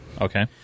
Okay